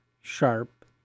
sharp